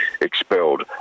expelled